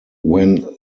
when